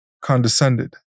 condescended